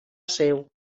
seu